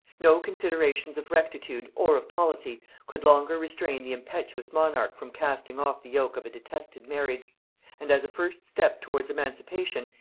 no considerations of rectitude or of policy could longer restrain the impetuous monarch from casting off the yoke of a detested marriage and as a first step towards emancipation,